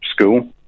school